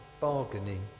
bargaining